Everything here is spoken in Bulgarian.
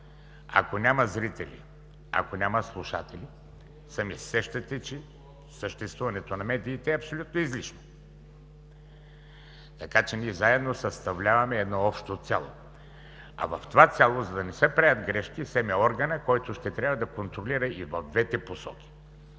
Ако няма зрители, ако няма слушатели, сами се сещате, че съществуването на медиите е абсолютно излишно, така че ние заедно съставляваме едно общо цяло. А в това цяло, за да не се правят грешки, СЕМ е органът, който ще трябва да контролира и в двете посоки